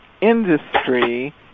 industry